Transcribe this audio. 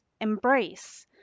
embrace